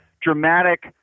dramatic